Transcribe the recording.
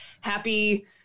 happy